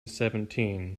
seventeen